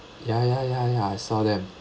ya ya ya ya I saw them